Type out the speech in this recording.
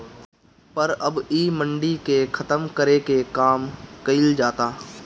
पर अब इ मंडी के खतम करे के काम कइल जाता